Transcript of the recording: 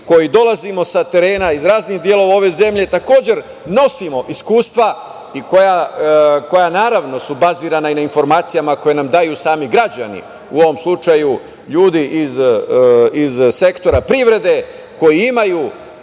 koji dolazimo sa terena, iz raznih delova ove zemlje, takođe nosimo iskustva koja su naravno bazirana i na informacijama koje nam daju sami građani, u ovom slučaju ljudi iz sektora privrede, koji imaju